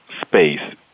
space